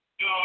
No